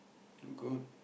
good